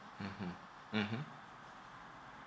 mmhmm mmhmm